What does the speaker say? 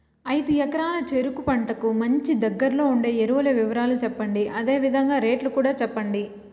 ఐదు ఎకరాల చెరుకు పంటకు మంచి, దగ్గర్లో ఉండే ఎరువుల వివరాలు చెప్పండి? అదే విధంగా రేట్లు కూడా చెప్పండి?